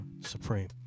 supreme